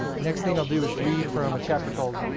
next thing i'll do is read from a chapter called